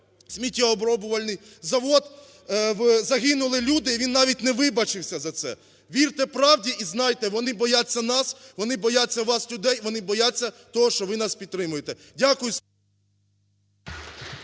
будувавсясміттєоброблюваний завод, загинули люди, – він навіть не вибачився за це! Вірте правді і знайте, вони бояться нас, вони бояться вас, людей, вони бояться того, що ви нас підтримаєте. Дякую.